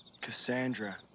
Cassandra